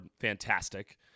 fantastic